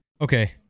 okay